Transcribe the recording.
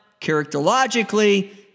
characterologically